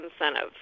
incentive